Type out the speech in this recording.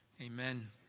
Amen